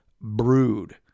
brood